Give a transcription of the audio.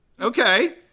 Okay